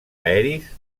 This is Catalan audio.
aeris